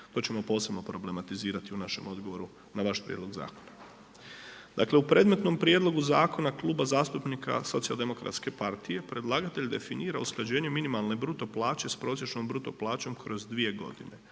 to ćemo posebno problematizirati u našem odgovoru na vaš prijedlog zakona. Dakle u predmetnom prijedlogu Zakona kluba zastupnika Socijal-demokratske partije predlagatelj definira usklađenje minimalne bruto plaće sa prosječnom bruto plaćom kroz 2 godine.